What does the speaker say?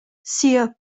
sir